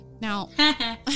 Now